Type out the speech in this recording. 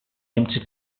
empty